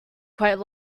quite